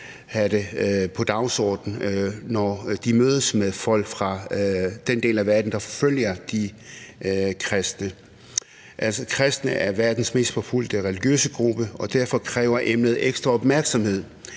på dagsordenen, når de mødes med folk fra den del af verden, der forfølger de kristne. Altså, kristne er verdens mest forfulgte religiøse gruppe, og derfor kræver emnet ekstra opmærksomhed.